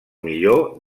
millor